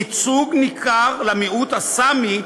ייצוג ניכר למיעוט הסאמי,